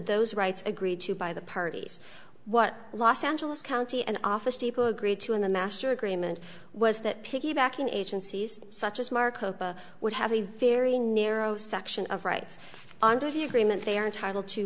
those rights agreed to by the parties what los angeles county and office depot agreed to in the master agreement was that piggybacking agencies such as mark would have a very narrow section of rights under the agreement they are entitled to